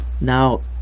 Now